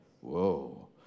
Whoa